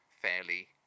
Fairly